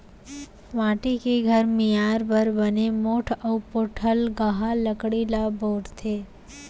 माटी के घर मियार बर बने मोठ अउ पोठलगहा लकड़ी ल बउरथे